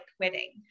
quitting